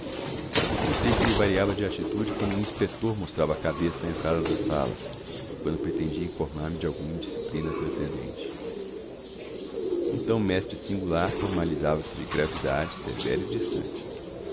que ele variava de atitude quando um inspetor mostrava a cabeça à entrada da sala e quando pretendia informar me de alguma disciplina transcendente então o mestre singular formalizava se de gravidade severa e distante